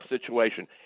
situation